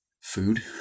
food